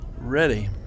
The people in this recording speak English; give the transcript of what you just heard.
ready